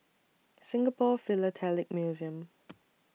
Singapore Philatelic Museum